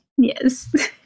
Yes